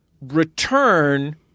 return